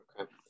Okay